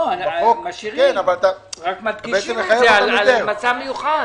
משאירים, רק מדגישים את זה על מצב מיוחד.